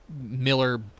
Miller